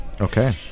Okay